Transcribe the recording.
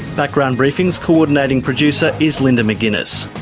background briefing's coordinating producer is linda mcginness.